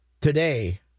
today